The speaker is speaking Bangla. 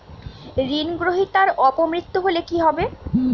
ঋণ গ্রহীতার অপ মৃত্যু হলে কি হবে?